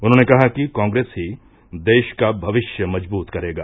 उन्होंने कहा कि कॉंग्रेस ही देश का भविष्य मजबूत करेगा